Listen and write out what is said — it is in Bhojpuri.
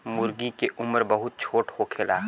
मूर्गी के उम्र बहुत छोट होखेला